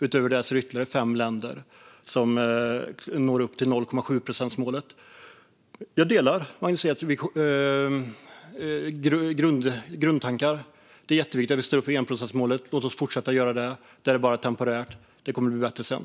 Utöver det är det fem länder som når upp till 0,7-procentsmålet. Jag delar Magnus Eks grundtanke att det är jätteviktigt att stå upp för enprocentsmålet. Låt oss fortsätta att göra det. Det här är bara temporärt. Det kommer att bli bättre sedan.